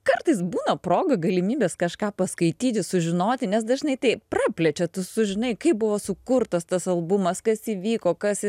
kartais būna proga galimybės kažką paskaityti sužinoti nes dažnai tai praplečia tu sužinai kaip buvo sukurtas tas albumas kas įvyko kas